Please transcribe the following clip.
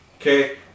Okay